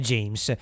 James